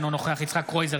אינו נוכח יצחק קרויזר,